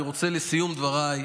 לסיום דבריי,